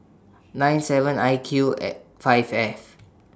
nine seven I Q five F